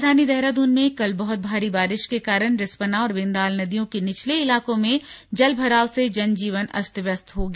राजधानी देहरादून में कल बहुत भारी बारिश के कारण रिस्पना और बिंदाल नदियों के निचले इलाकों में जलभराव से जनजीवन अस्त व्यस्त हो गया